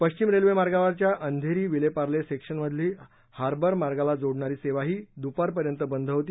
पश्चिम रेल्वे मार्गावरच्या अंधेरी विलेपार्ले सेक्शनमधली हार्बर मार्गाला जोडणारी सेवाही दुपारपर्यंत बंद होती